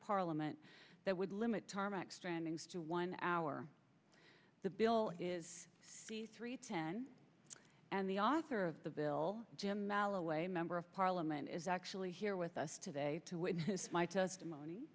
parliament that would limit tarmac stranding stu one hour the bill is the three ten and the author of the bill jim alloway member of parliament is actually here with us today to with my testimony